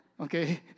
okay